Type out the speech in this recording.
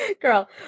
Girl